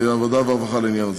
העבודה, הרווחה והבריאות לעניין הזה.